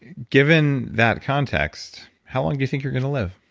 given that context, how long do you think you're going to live?